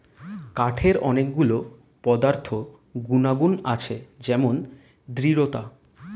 কাঠের অনেক গুলো পদার্থ গুনাগুন আছে যেমন দৃঢ়তা